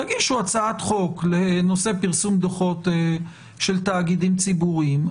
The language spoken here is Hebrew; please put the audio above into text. תגישו הצעת חוק לנושא פרסום דוחות של תאגידים ציבוריים.